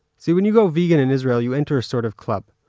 see, when you go vegan in israel, you enter a sort of club,